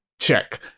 Check